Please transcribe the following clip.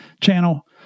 channel